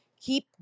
keep